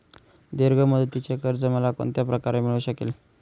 दीर्घ मुदतीचे कर्ज मला कोणत्या प्रकारे मिळू शकेल?